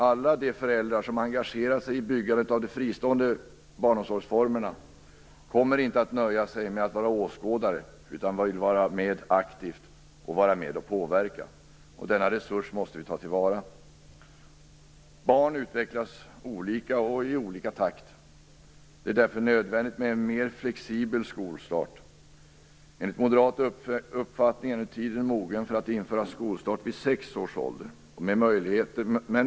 Alla de föräldrar som engagerat sig i byggandet av de fristående barnomsorgsformerna kommer inte att nöja sig med att vara åskådare, utan vill vara med aktivt och påverka. Denna resurs måste vi ta till vara. Barn utvecklas olika och i olika takt. Det är därför nödvändigt med en mer flexibel skolstart. Enligt moderat uppfattning är nu tiden mogen för att införa skolstart vid sex års ålder.